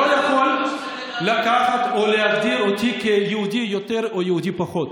יכול לקחת או להגדיר אותי כיהודי יותר או יהודי פחות.